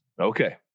Okay